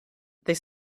they